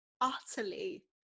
utterly